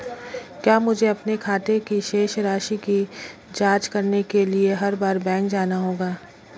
क्या मुझे अपने खाते की शेष राशि की जांच करने के लिए हर बार बैंक जाना होगा?